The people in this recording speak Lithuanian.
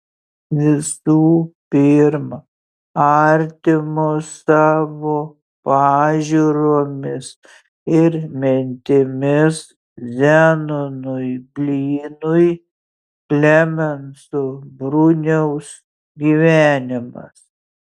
visų pirma artimo savo pažiūromis ir mintimis zenonui blynui klemenso bruniaus gyvenimas